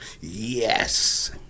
Yes